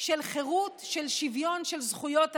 של חירות, של שוויון, של זכויות אדם.